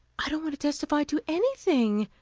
i don't want to testify to anything,